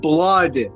Blood